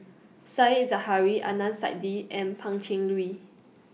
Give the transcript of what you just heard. Said Zahari Adnan Saidi and Pan Cheng Lui